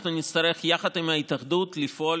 אנחנו נצטרך, יחד עם ההתאחדות, לפעול